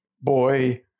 boy